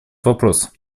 вопрос